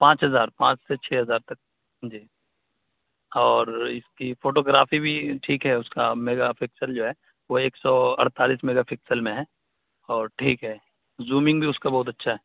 پانچ ہزار پانچ سے چھ ہزار تک جی اور اس کی پھوٹو گرافی بھی ٹھیک ہے اس کا میگا پکسل جو ہے وہ ایک سو اڑتالیس میگا پکسل میں ہے اور ٹھیک ہے زومنگ بھی اس کا بہت اچھا ہے